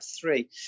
three